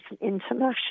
international